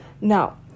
Now